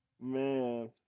man